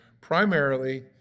primarily